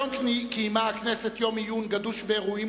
היום קיימה הכנסת יום עיון גדוש באירועים